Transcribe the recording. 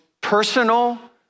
personal